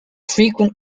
frequent